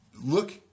look